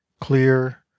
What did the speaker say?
clear